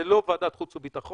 זה לא ועדת החוץ והביטחון,